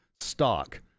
stock